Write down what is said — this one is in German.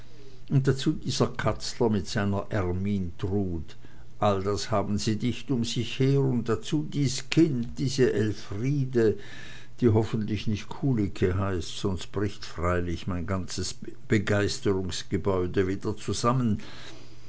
und dazu dieser katzler mit seiner ermyntrud all das haben sie dicht um sich her und dazu dies kind diese elfriede die hoffentlich nicht kulicke heißt sonst bricht freilich mein ganzes begeisterungsgebäude wieder zusammen